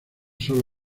solo